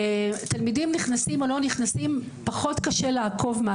תלמידים נכנסים או לא נכנסים פחות קשה לעקוב,